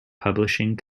publishing